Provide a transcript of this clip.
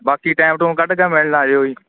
ਬਾਕੀ ਟੈਮ ਟੂਮ ਕੱਢ ਕੇ ਮਿਲਣ ਆ ਜਾਇਓ ਜੀ